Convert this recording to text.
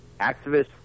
activists